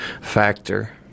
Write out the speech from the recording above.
factor